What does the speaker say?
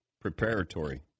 preparatory